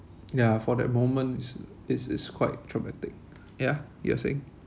ya for that moment it's it's quite traumatic ya you were saying